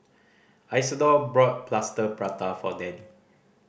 Isidor bought Plaster Prata for Dannie